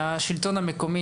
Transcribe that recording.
מהשלטון המקומי,